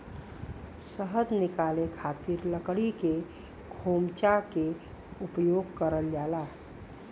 शहद निकाले खातिर लकड़ी के खोमचा के उपयोग करल जाला